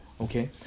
okay